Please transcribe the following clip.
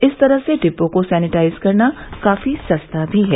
इस तरह से डिब्बों को सेनिटाइज करना काफी सस्ता भी है